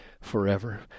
forever